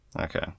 Okay